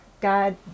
God